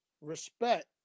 respect